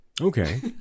okay